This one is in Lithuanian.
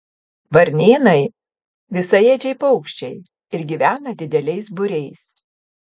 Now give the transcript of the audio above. varnėnai visaėdžiai paukščiai ir gyvena dideliais būriais